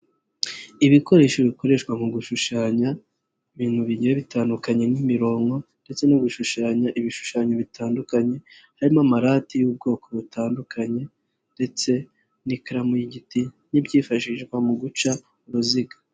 Ibikoresho bikoreshwa mu gushushanya ibintu bigiye bitandukanye nk'imirongo ndetse no gushushanya ibishushanyo bitandukanye, harimo amarati y'ubwoko butandukanye ndetse n'ikaramu y'igiti n'ibyifashishwa mu guca uruziga.